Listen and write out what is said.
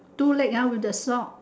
two leg ah with the sock